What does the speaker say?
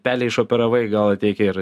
pelę išoperavai gal ateik ir